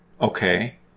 Okay